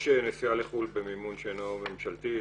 יש נסיעה לחו"ל במימון שאינו ממשלתי,